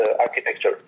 architecture